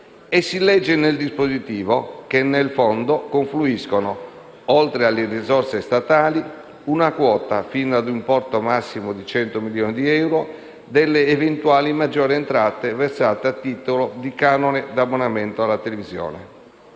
e si legge, nel dispositivo, che nel Fondo confluiscono, oltre alle risorse statali, una quota, fino a un importo massimo di 100 milioni di euro, delle eventuali maggiori entrate versate a titolo di canone di abbonamento alla televisione;